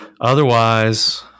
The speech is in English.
Otherwise